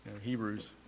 Hebrews